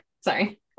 sorry